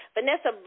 Vanessa